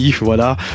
voilà